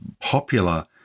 popular